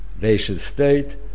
nation-state